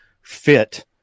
fit